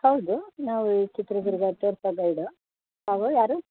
ಹೌದು ನಾವು ಚಿತ್ರದುರ್ಗ ತೋರಿಸೋ ಗೈಡು ತಾವು ಯಾರು